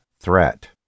threat